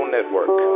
Network